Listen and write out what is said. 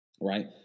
right